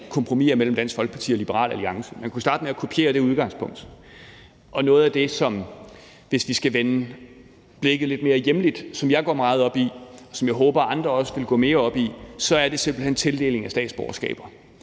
kompromiser mellem Dansk Folkeparti og Liberal Alliance. Man kunne starte med at kopiere det udgangspunkt. Og noget af det, som jeg, hvis vi skal vende blikket til noget hjemligt, går meget op i, og som jeg håber at andre også ville gå mere op i, er simpelt hen tildelingen af statsborgerskaber.